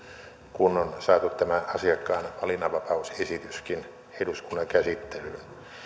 kun on saatu tämä asiakkaan valinnanvapausesityskin eduskunnan käsittelyyn